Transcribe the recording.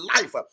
life